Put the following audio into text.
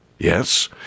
Yes